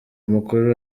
mukuru